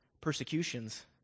persecutions